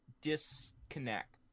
disconnect